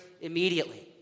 Immediately